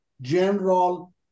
general